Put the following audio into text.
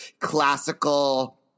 classical